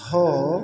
छओ